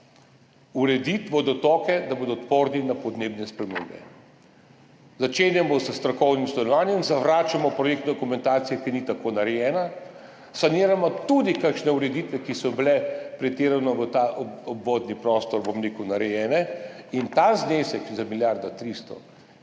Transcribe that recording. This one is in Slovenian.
urediti vodotoke, da bodo odporni na podnebne spremembe. Začenjamo s strokovnim sodelovanjem, zavračamo projektno dokumentacijo, ki ni tako narejena, saniramo tudi kakšne ureditve, ki so bile pretirano v ta obvodni prostor, bom rekel, narejene, in za ta znesek, gre za milijardo